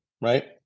right